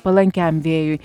palankiam vėjui